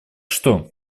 что